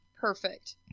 Perfect